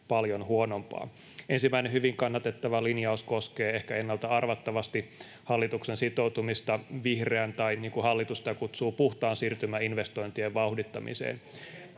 paljon huonompaa. Ensimmäinen hyvin kannatettava linjaus koskee ehkä ennalta-arvattavasti hallituksen sitoutumista vihreän siirtymän — tai niin kuin hallitus sitä kutsuu, puhtaan siirtymän — investointien vauhdittamiseen.